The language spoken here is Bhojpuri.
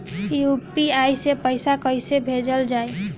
यू.पी.आई से पैसा कइसे भेजल जाई?